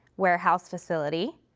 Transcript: warehouse facility,